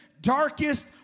darkest